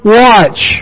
watch